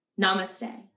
Namaste